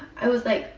i was like,